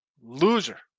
Loser